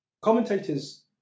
Commentators